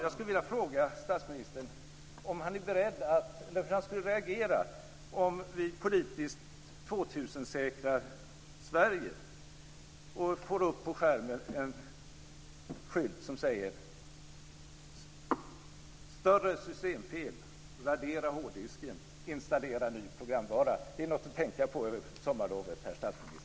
Jag skulle vilja fråga statsministern hur han skulle reagera om vi politiskt 2000 säkrar Sverige och får upp en skylt på skärmen som säger: Större systemfel! Radera hårddisken! Installera ny programvara! Det är något att tänka på över sommarlovet, herr statsminister.